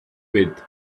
with